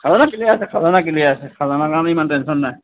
খাজানা ক্লিয়াৰ আছে খাজানা ক্লিয়াৰ আছে খাজানাৰ কাৰণে ইমান টেনশ্য়ন নাই